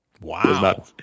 Wow